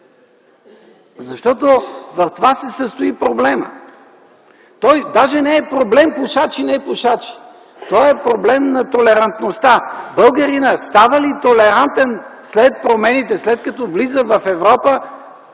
Защото в това се състои проблемът. Той даже не е проблем „пушач/непушач”. Той е проблем на толерантността. Българинът става ли толерантен след промените, след като влиза в Европа,